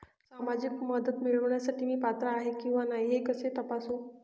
सामाजिक मदत मिळविण्यासाठी मी पात्र आहे किंवा नाही हे कसे तपासू?